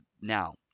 now